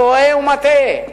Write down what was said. טועה ומטעה,